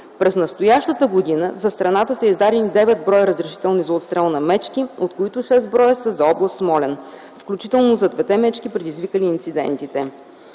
През настоящата година за страната са издадени 9 бр. разрешителни за отстрел на мечки, от които 6 бр. са за област Смолян, включително и за трите мечки предизвикали инцидентите.